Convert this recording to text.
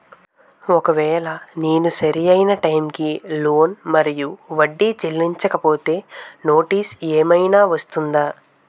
ఒకవేళ నేను సరి అయినా టైం కి లోన్ మరియు వడ్డీ చెల్లించకపోతే నోటీసు ఏమైనా వస్తుందా?